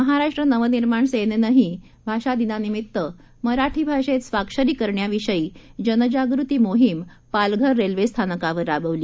महाराष्ट्र नवनिर्माण सेनेनंही भाषा दिनानिमीत्त मराठी भाषेत स्वाक्षरी करण्याविषयी जनजागृती मोहीम पालघर रेल्वे स्थानकावर राबवली